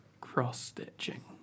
cross-stitching